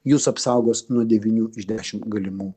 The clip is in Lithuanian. jus apsaugos nuo devynių iš dešim galimų